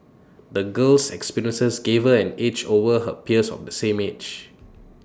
the girl's experiences gave her an edge over her peers of the same age